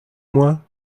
moi